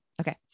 Okay